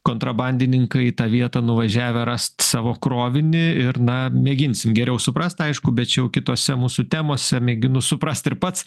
kontrabandininkai į tą vietą nuvažiavę rast savo krovinį ir na mėginsim geriau suprast aišku bet čia jau kitose mūsų temose mėginu suprast ir pats